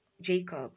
Jacob